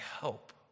help